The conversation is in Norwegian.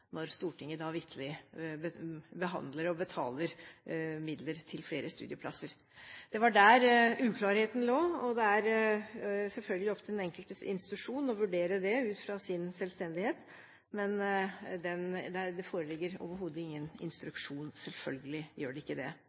når Stortinget vitterlig behandler og bevilger midler til flere studieplasser. Det var der uklarheten lå. Det er selvfølgelig opp til den enkelte institusjon å vurdere det ut fra sin selvstendighet, men det foreligger overhodet ingen instruksjon. Selvfølgelig gjør det ikke det.